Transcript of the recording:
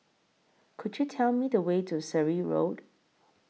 Could YOU Tell Me The Way to Surrey Road